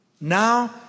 Now